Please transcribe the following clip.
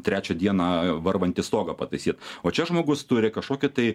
trečią dieną varvantį stogą pataisyt o čia žmogus turi kažkokį tai